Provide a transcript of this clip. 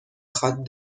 خواد